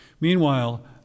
Meanwhile